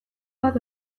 bat